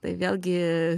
tai vėlgi